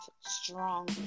strong